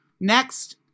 next